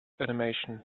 animation